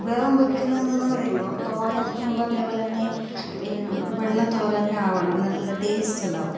വേകാൻ വെക്കുന്നതെന്ന് പറയുമ്പോൾ തോര ഞാൻ പറഞ്ഞത് പോലെ തന്നെ പിന്നെ വെള്ള തോര തന്നെ ആകണം നല്ല ടേസ്റ്റുണ്ടാവും